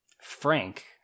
frank